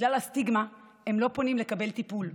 בגלל הסטיגמה הם לא פונים לקבל טיפול,